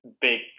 big